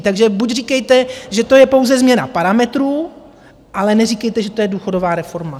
Takže buď říkejte, že to je pouze změna parametrů, ale neříkejte, že to je důchodová reforma.